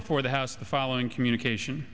before the house the following communication